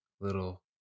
Little